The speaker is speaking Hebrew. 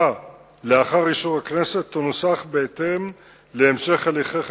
לאחר אישור הכנסת ההצעה תנוסח בהתאם להמשך הליכי החקיקה.